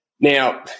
Now